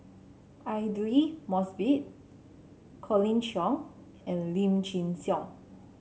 Aidli Mosbit Colin Cheong and Lim Chin Siong